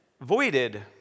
voided